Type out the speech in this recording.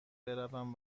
بروم